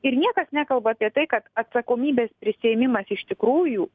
ir niekas nekalba apie tai kad atsakomybės prisiėmimas iš tikrųjų